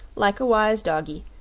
like a wise doggy,